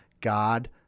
god